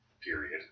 period